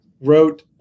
wrote